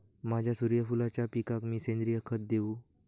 माझ्या सूर्यफुलाच्या पिकाक मी सेंद्रिय खत देवू?